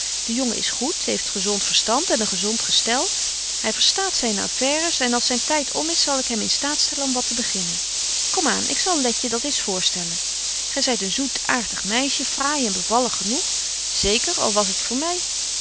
de jongen is goed heeft gezont verstand en een gezont gestel hy verstaat zyne affaires en als zyn tyd om is zal ik hem in staat stellen om wat te beginnen kom aan ik zal letje dat eens voorstellen gy zyt een zoet aartig meisje fraai en bevallig genoeg zeker al was t voor my